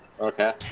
Okay